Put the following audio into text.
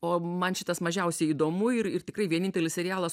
o man šitas mažiausiai įdomu ir ir tikrai vienintelis serialas